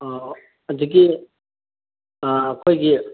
ꯑꯥ ꯑꯗꯒꯤ ꯑꯩꯈꯣꯏꯒꯤ